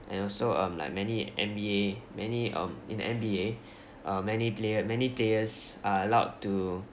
and also um like many N_B_A many um in N_B_A uh many player many players are allowed to